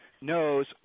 knows